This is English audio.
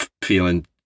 feeling